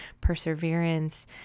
perseverance